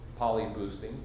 Polyboosting